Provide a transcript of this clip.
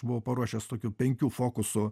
buvau paruošęs tokių penkių fokusų